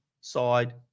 side